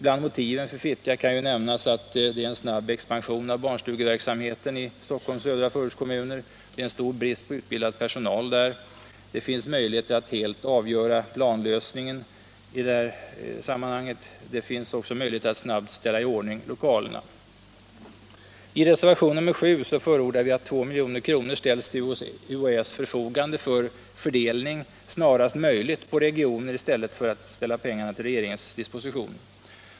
Bland motiven för Fittja kan nämnas att det är en snabb expansion av barnstugeverksamheten i Stockholms södra förortskommuner, att det är en stor brist på utbildad personal där, att det finns möjligheter att helt avgöra planlösningen i det här sammanhanget och att det också finns möjligheter att snabbt ställa i ordning lokalerna. I reservationen 7 förordar vi att 2 milj.kr. ställs till UHÄ:s förfogande för fördelning snarast möjligt på regioner i stället för att pengarna ställs till regeringens disposition.